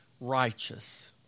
righteous